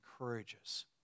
encourages